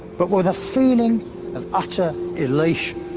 but with a feeling of utter elation,